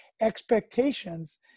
expectations